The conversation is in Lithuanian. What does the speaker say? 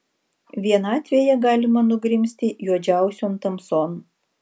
vienatvėje galima nugrimzti juodžiausion tamson